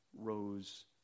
Rose